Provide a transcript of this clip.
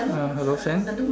uh hello sam